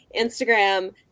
Instagram